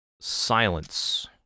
silence